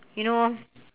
you know